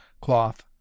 cloth